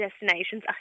destinations